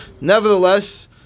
Nevertheless